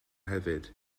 hefyd